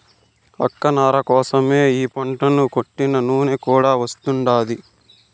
అక్క నార కోసరమై ఈ పంటను కొంటినా నూనె కూడా వస్తాండాది